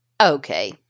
Okay